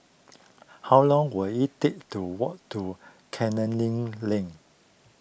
how long will it take to walk to Canning Lane